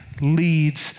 leads